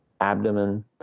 abdomen